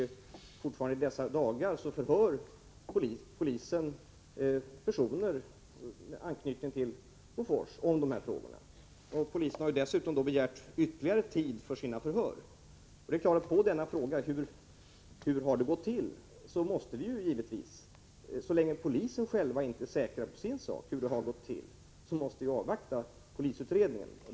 Fortfarande i dessa dagar förhör polisen personer med anknytning till Bofors om de här frågorna. Polisen har dessutom begärt ytterligare tid för sina förhör. Så länge polisen inte är säker på sin sak när det gäller hur det här har gått till måste vi avvakta tills polisutredningen är klar.